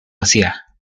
hacía